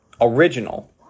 original